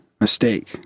Mistake